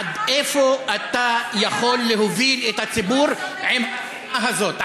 עד איפה אתה יכול להוביל את הציבור עם, הזאת?